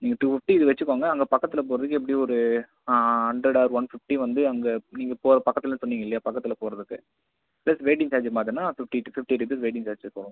நீங்கள் two fifty இது வச்சுக்கோங்க அங்கே பக்கத்தில் போகிறதுக்கு எப்படியும் ஒரு ஹண்ட்ரட் ஆர் ஒன் ஃபிஃப்டி வந்து அங்கே நீங்கள் போ பக்கத்தில்ன்னு சொன்னீங்கல்லையா பக்கத்தில் போகிறதுக்கு ப்ளஸ் வெயிட்டிங் சார்ஜ் பார்த்திங்கன்னா fifty fifty rupees waiting charges வரும்